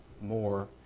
more